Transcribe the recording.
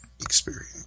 experience